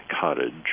cottage